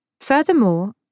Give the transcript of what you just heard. Furthermore